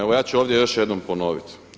Evo ja ću ovdje još jednom ponoviti.